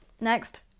Next